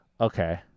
Okay